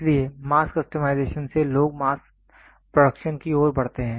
इसलिए mass customization से लोग मास प्रोडक्शन की ओर बढ़ते हैं